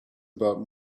about